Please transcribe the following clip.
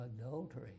adultery